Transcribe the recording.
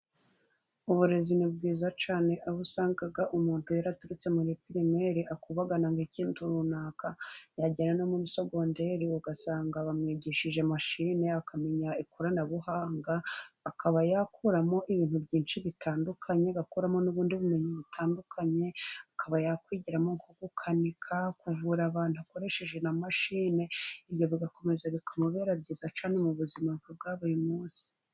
Uburezi ni bwiza cyane, aho usanga umuntu yaraturutse muri pirimeri akubagana nk'ikintu runaka, yagera no muri sogonderi ugasanga bamwigishije mashine, akamenya ikoranabuhanga akaba yakuramo ibintu byinshi bitandukanye, agakuramo n'ubundi bumenyi butandukanye, akaba yakwigiramo gukanika kuvura abantu akoresheje na mashine, ibyo bigakomeza bikamubera byiza cyane, mu buzima bwa buri munsi.